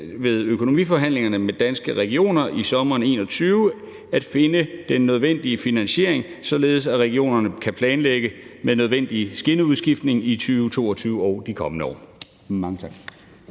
ved økonomiforhandlingerne med Danske Regioner til sommer 2021 at finde den nødvendige finansiering, så regionerne kan planlægge med den nødvendige skinneudskiftning fra 2022 og de kommende år.« (Forslag